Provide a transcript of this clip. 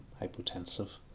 hypotensive